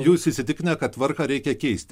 jus įsitikinę kad tvarką reikia keisti